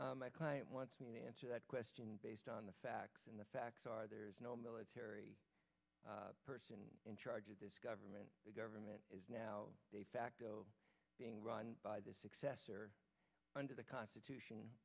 my client wants me to answer that question based on the facts and the facts are there is no military person in charge of this government the government is now de facto being run by the successor under the constitution